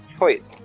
Wait